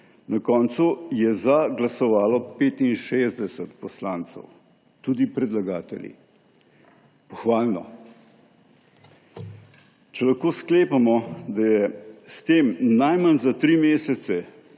Na koncu je za glasovalo 65 poslancev, tudi predlagatelji. Pohvalno. Če lahko sklepamo, da je s tem najmanj za tri mesece